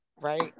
right